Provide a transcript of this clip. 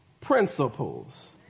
principles